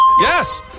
Yes